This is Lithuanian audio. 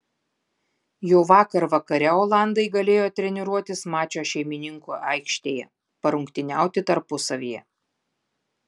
jau vakar vakare olandai galėjo treniruotis mačo šeimininkų aikštėje parungtyniauti tarpusavyje